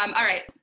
um alright,